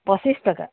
পঁচিশ টকা